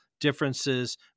differences